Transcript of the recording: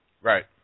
Right